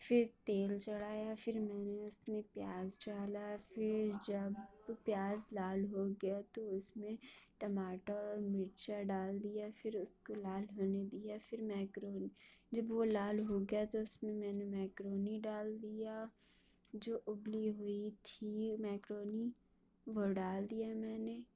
پھر تیل چڑھایا پھر میں نے اس میں پیاز ڈالا پھر جب پیاز لال ہو گیا تو اس میں ٹماٹر اور مرچا ڈال دیا پھر اس کو لال ہونے دیا پھر میکرونی جب وہ لال ہو گیا تو اس میں میں نے میکرونی ڈال دیا جو ابلی ہوئی تھی میکرونی وہ ڈال دیا میں نے